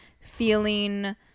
feeling